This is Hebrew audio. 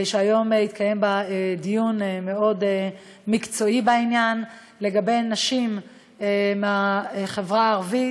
שהיום התקיים בה דיון מאוד מקצועי בעניין נשים בחברה הערבית.